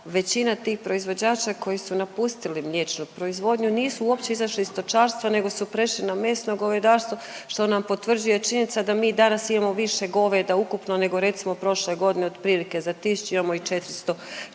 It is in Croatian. većina tih proizvođača koji su napustili mliječnu proizvodnju nisu uopće izašli iz stočarstva nego su prešli na mesno govedarstvo što nam potvrđuje činjenica da mi danas imamo više goveda ukupno nego recimo prošle godine otprilike za tisuću, imamo ih 442 tisuće.